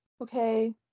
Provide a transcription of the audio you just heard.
Okay